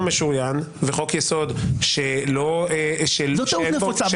משוריין וחוק-יסוד -- זאת טעות נפוצה.